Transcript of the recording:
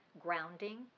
grounding